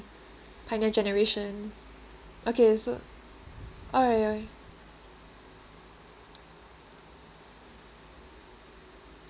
pioneer generation okay so alright okay